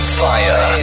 fire